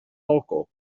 balcó